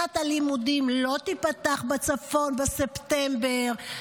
שנת הלימודים לא תיפתח בצפון בספטמבר,